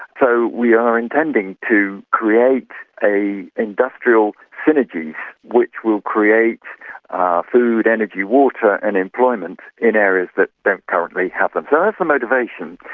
so we are intending to create industrial synergies which will create food, energy, water and employment in areas that don't currently have them. so that's the motivation.